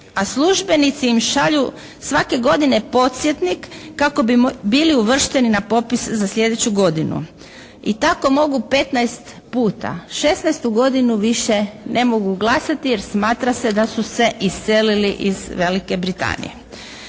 a službenici im šalju svake godine podsjetnik kako bi bili uvršteni na popis za sljedeću godinu i tako mogu 15 puta, šesnaestu godinu više ne mogu glasati jer smatra se da su se iselili iz Velike Britanije.